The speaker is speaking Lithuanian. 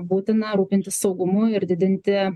būtina rūpintis saugumu ir didinti